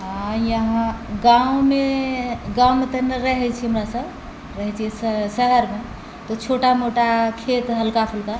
यहाँ गाँवमे गाँवमे तऽ नहि रहै छिए हमरासब रहै छिए शहरमे तऽ छोटा मोटा खेत हल्का फुल्का